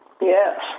Yes